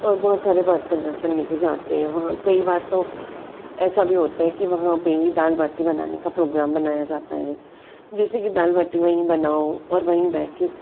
और बहुत सारे बर्तन वर्तन ले कर जाते हैं वहाँ कई बार तो ऐसा भी होता है कि वहाँ पर ही दाल बाटी बनाने का प्रोग्राम बनाया जाता है जैसे कि दाल बाटी वहीं बनाओ और वहीं बैठ कर